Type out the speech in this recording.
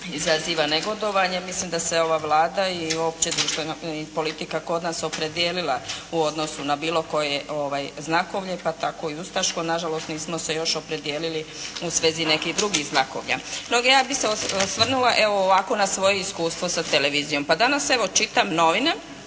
izaziva negodovanje. Mislim da se ova Vlada i uopće društvena politika kod nas opredijelila u odnosu na bilo koje znakovlje, pa tako i ustaško. Na žalost nismo se još opredijelili u svezi nekih drugih znakovlja. No, ja bih se osvrnula evo ovako na svoje iskustvo sa televizijom. Pa danas evo čitam novine,